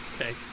Okay